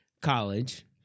college